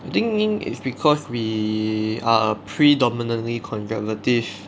I think it's because we are predominantly conservative